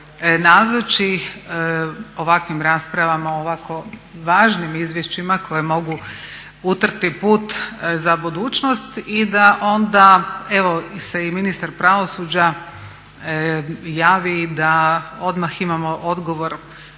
nazoči ovakvim raspravama o ovako važnim izvješćima koji mogu utrti put za budućnost i da onda evo se i ministar pravosuđa javi i da odmah imamo odgovor